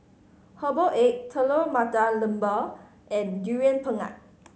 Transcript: herbal egg Telur Mata Lembu and Durian Pengat